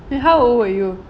wait how old were you